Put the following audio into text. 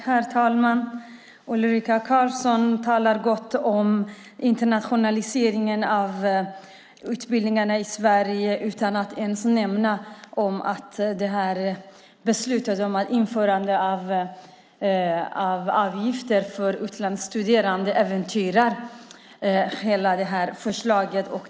Herr talman! Ulrika Carlsson talar gott om internationaliseringen av utbildningarna i Sverige utan att ens nämna att beslutet att införa avgifter för utländska studerande äventyrar hela förslaget.